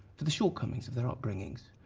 for the shortcomings of their upbringings.